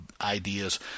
ideas